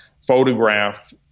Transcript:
photograph